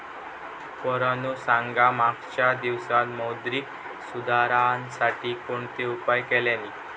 पोरांनो सांगा मागच्या दिवसांत मौद्रिक सुधारांसाठी कोणते उपाय केल्यानी?